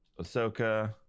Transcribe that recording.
ahsoka